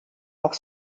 auch